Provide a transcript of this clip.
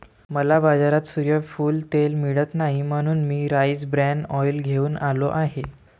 मला बाजारात सूर्यफूल तेल मिळत नाही म्हणून मी राईस ब्रॅन ऑइल घेऊन आलो आहे